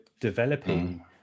developing